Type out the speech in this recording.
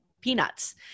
Peanuts